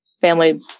family